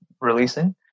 releasing